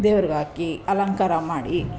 ದೇವ್ರ್ಗೆ ಹಾಕಿ ಅಲಂಕಾರ ಮಾಡಿ